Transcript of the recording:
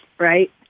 Right